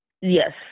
Yes